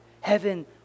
heaven